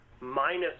minus